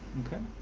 okay?